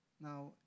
Now